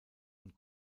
und